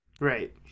right